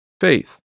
faith